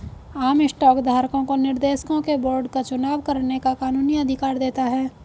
आम स्टॉक धारकों को निर्देशकों के बोर्ड का चुनाव करने का कानूनी अधिकार देता है